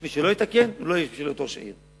מי שלא יתקן, לא ימשיך להיות ראש עיר.